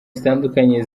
zitandukanye